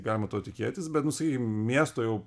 galima to tikėtis bet nu sakykim miesto jau